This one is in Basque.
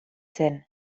zen